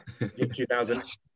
2000